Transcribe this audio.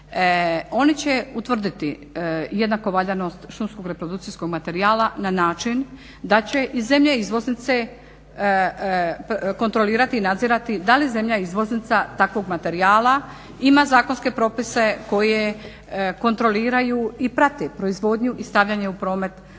Oni će utvrditi jednaku valjanost šumskog reprodukcijskog materijala na način da će iz zemlje izvoznice kontrolirati i nadzirati da li zemlja izvoznica takvog materijala ima zakonske propise koje kontroliraju i prate proizvodnju i stavljanje u promet šumskog